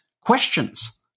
questions